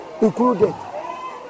included